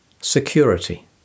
security